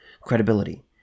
credibility